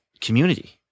community